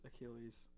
Achilles